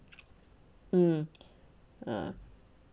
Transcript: mm uh